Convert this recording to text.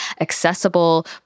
accessible